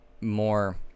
more